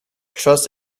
trust